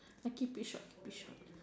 I keep it short I keep it short ya